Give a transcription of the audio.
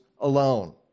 alone